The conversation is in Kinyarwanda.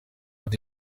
aba